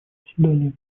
заседание